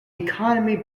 economy